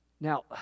Now